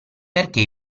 perché